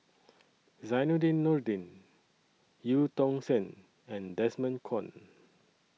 Zainudin Nordin EU Tong Sen and Desmond Kon